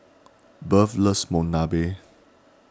Bertha loves Monsunabe